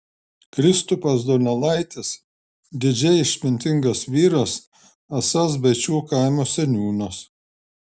kristupas donelaitis didžiai išmintingas vyras esąs baičių kaimo seniūnas